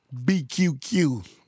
BQQ